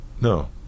No